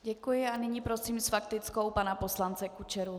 Děkuji a nyní prosím s faktickou pana poslance Kučeru.